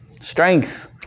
Strength